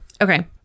Okay